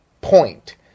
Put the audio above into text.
point